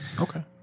okay